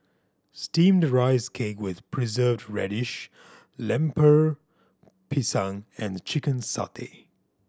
Steamed Rice Cake with Preserved Radish Lemper Pisang and chicken satay